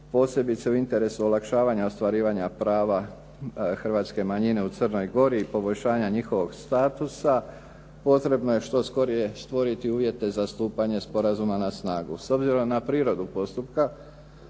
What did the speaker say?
Posebice u interesu olakšavanja ostvarivanja prava hrvatske manjine u Crnoj Gori i poboljšanja njihovog statusa potrebno je što skorije stvoriti uvjete za stupanje sporazuma na snagu. S obzirom na prirodu postupka